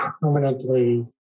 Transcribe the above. permanently